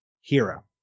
hero